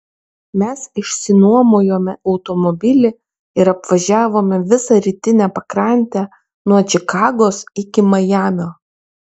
mes išsinuomojome automobilį ir apvažiavome visą rytinę pakrantę nuo čikagos iki majamio